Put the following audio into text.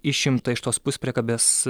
išimta iš tos puspriekabės